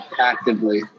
actively